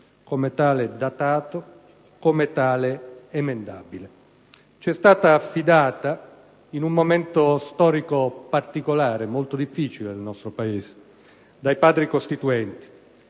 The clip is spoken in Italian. come tale datato ed emendabile. Ci è stata affidata in un momento storico particolare e molto difficile per il nostro Paese dai Padri costituenti,